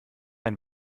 ein